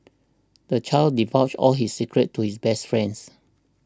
the child divulged all his secrets to his best friends